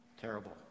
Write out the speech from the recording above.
terrible